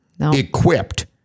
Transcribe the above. equipped